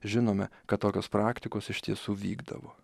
žinome kad tokios praktikos iš tiesų vykdavo